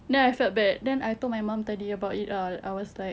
then I felt bad then I told my mum about it lah I was like